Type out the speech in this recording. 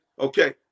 okay